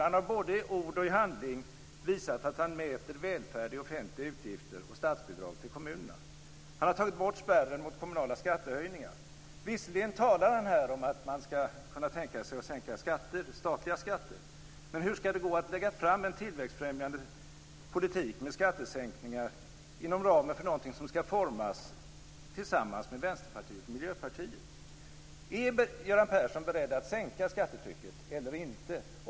Han har både i ord och i handling visat att han mäter välfärd i offentliga utgifter och statsbidrag till kommunerna. Han har tagit bort spärren mot kommunala skattehöjningar. Visserligen talar han här om att man kan tänka sig att sänka skatter, statliga skatter. Men hur skall det gå att lägga fram en tillväxtfrämjande politik med skattesänkningar inom ramen för någonting som skall formas tillsammans med Vänsterpartiet och Miljöpartiet? Är Göran Persson beredd att sänka skattetrycket eller inte?